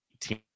team